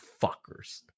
fuckers